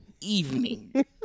Evening